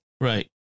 Right